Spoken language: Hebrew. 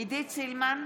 עידית סילמן,